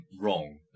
wrong